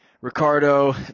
Ricardo